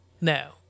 Now